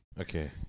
Okay